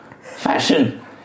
Fashion